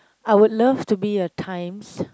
I would love to be a times